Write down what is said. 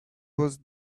was